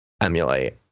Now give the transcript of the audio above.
emulate